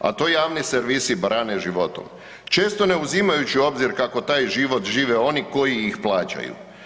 A to javni servisi brane životom često ne uzimajući u obzir kako taj život žive oni koji ih plaćaju.